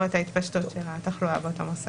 את ההתפשטות של התחלואה באותו מוסד.